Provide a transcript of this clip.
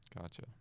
gotcha